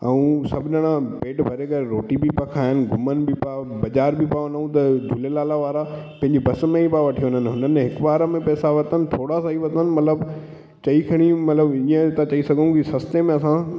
ऐं सभु ॼणा पेट भरे करे रोटी बि पिया खाइनि घुमनि बि पिया बाजारि बि पिया वञूं त झूलेलाल वारा पंहिंजी बसि में ई वठी पिया वञनि हुननि हिकु बार में पेसा वरितनि थोरा सां ई वरितुनि मतिलबु चई छॾी मतिलबु इए त चई सघूं कि सस्ते में असां